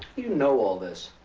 you know all this?